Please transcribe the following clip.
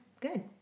Good